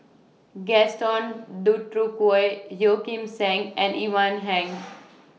Gaston Dutronquoy Yeo Kim Seng and Ivan Heng